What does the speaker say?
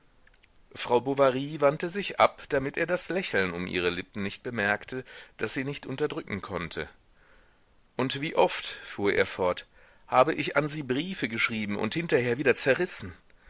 frau bovary wandte sich ab damit er das lächeln um ihre lippen nicht bemerke das sie nicht unterdrücken konnte und wie oft fuhr er fort habe ich an sie briefe geschrieben und hinterher wieder zerrissen